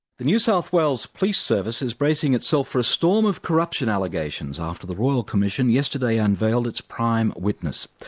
the new south wales police service is bracing itself for a storm of corruption allegations after the royal commission yesterday unveiled its prime witness.